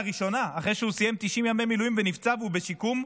לראשונה אחרי שהוא סיים 90 ימי מילואים ונפצע והוא בשיקום,